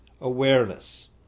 awareness